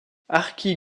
archie